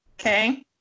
Okay